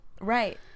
Right